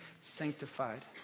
sanctified